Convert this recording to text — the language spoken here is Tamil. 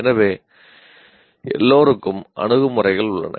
எனவே எல்லோருக்கும் அணுகுமுறைகள் உள்ளன